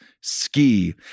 Ski